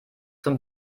zum